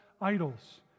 idols